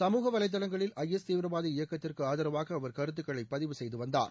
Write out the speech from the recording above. சமூக வளைதளங்களில் I S தீவிரவாத இயக்கத்திற்கு ஆதரவாக அவர் கருத்துக்களை பதிவு செய்து வந்தார்